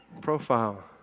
profile